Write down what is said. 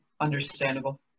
Understandable